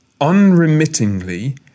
unremittingly